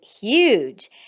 huge